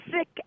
sick